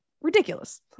Ridiculous